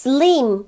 Slim